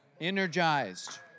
Energized